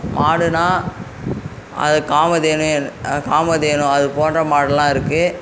மாடுன்னா அது காமதேனு என் காமதேனு அது போன்ற மாடுலாம் இருக்குது